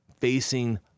facing